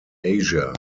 asia